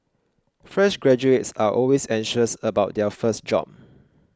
fresh graduates are always anxious about their first job